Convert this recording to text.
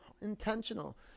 Intentional